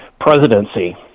presidency